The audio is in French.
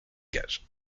gages